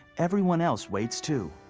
everyone else waits too.